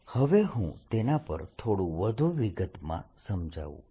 ds0qenclosed0 or qenclosed0 હવે હું તેના પર થોડું વધુ વિગતમાં સમજાવું